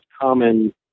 common